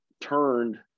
turned